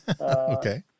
Okay